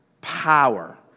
power